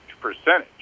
percentage